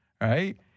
right